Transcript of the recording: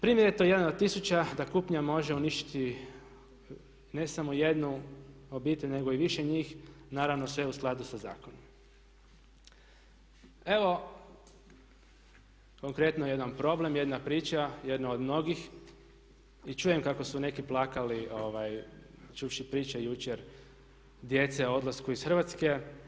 Primjer je to jedan od tisuća da kupnja može uništiti ne samo jednu obitelj nego i više njih, naravno sve u skladu sa zakonom." Evo konkretno jedan problem, jedna priča, jedna od mnogih i čujem kako su neki plakali čuvši priče jučer djece o odlasku iz Hrvatske.